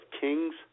King's